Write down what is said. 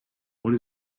what